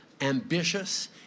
ambitious